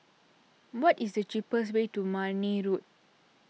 what is the cheapest way to Marne Road